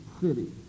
city